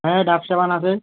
হ্যাঁ ডাভ সাবান আছে